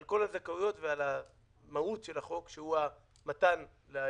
על כל הזכאויות ועל המהות של החוק שהוא המתן לאזרחים,